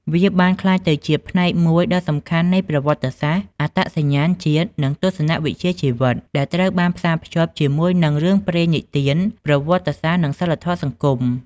វាបានក្លាយទៅជាផ្នែកមួយដ៏សំខាន់នៃប្រវត្តិសាស្ត្រ អត្តសញ្ញាណជាតិ និង ទស្សនវិជ្ជាជីវិត ដែលត្រូវបានផ្សារភ្ជាប់ជាមួយនឹងរឿងព្រេងនិទាន ប្រវត្តិសាស្ត្រ និងសីលធម៌សង្គម។